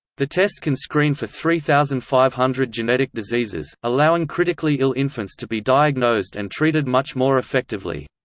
the test can screen for three thousand five hundred genetic diseases, allowing critically ill infants to be diagnosed and treated much more effectively.